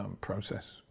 process